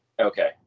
Okay